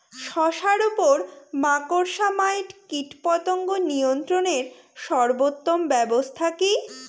শশার উপর মাকড়সা মাইট কীটপতঙ্গ নিয়ন্ত্রণের সর্বোত্তম ব্যবস্থা কি?